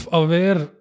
aware